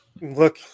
Look